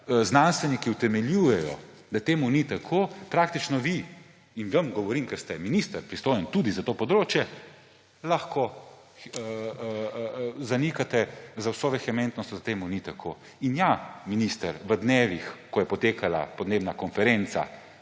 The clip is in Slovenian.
znanstveniki utemeljujejo, da ni tako. Praktično vi – in vam govorim, ker ste minister, pristojen tudi za to področje – lahko zanikate z vso vehementnostjo, da ni tako. In ja, minister, v dnevih, ko je potekala podnebna konferenca